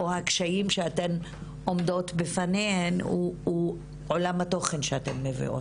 או הקשיים שאתן עומדות בפניהם הוא עולם התוכן שאתן מביאות.